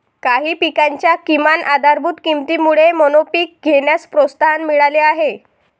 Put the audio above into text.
काही पिकांच्या किमान आधारभूत किमतीमुळे मोनोपीक घेण्यास प्रोत्साहन मिळाले आहे